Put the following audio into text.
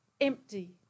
empty